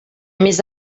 més